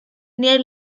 near